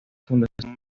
fundación